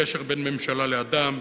בקשר בין ממשלה לאדם,